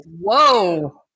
whoa